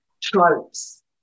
tropes